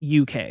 UK